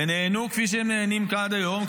ונהנו כפי שהם נהנים כאן עד היום,